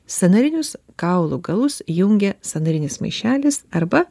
sąnarinius kaulų galus jungia sąnarinis maišelis arba